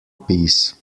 peace